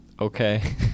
Okay